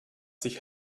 sich